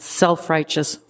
self-righteous